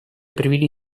привели